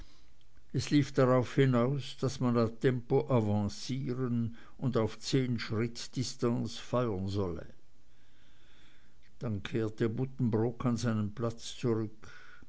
es lief darauf hinaus daß man tempo avancieren und auf zehn schritt distanz feuern solle dann kehrte buddenbrook an seinen platz zurück